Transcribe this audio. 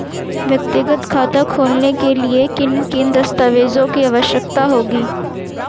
व्यक्तिगत खाता खोलने के लिए किन किन दस्तावेज़ों की आवश्यकता होगी?